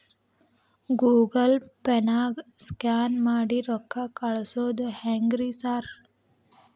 Google ಪೇನಾಗ scan ಮಾಡಿ ರೊಕ್ಕಾ ಕಳ್ಸೊದು ಹೆಂಗ್ರಿ ಸಾರ್?